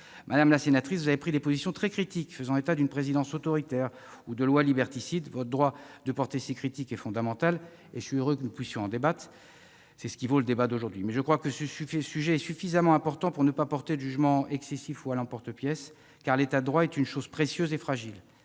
Madame la sénatrice, vous avez pris des positions très critiques faisant état d'une présidence autoritaire ou de lois liberticides. Votre droit de porter ces critiques est fondamental, et je suis heureux que vous puissiez l'exercer pleinement. C'est ce qui nous vaut ce débat aujourd'hui. Mais je crois que ce sujet est suffisamment important pour ne pas porter de jugements excessifs ou à l'emporte-pièce, car l'État de droit est une chose précieuse et fragile.